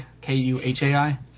K-U-H-A-I